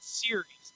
series